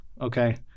Okay